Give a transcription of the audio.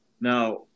Now